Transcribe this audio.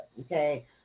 Okay